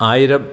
ആയിരം